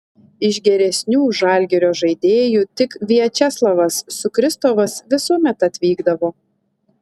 iš geresnių žalgirio žaidėjų tik viačeslavas sukristovas visuomet atvykdavo